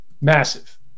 massive